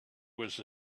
was